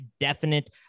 definite